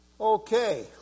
Okay